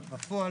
אבל בפועל